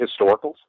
historicals